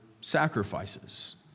sacrifices